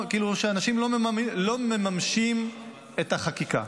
שאנשים לא מממשים את החקיקה.